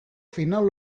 final